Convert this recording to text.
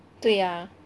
对啊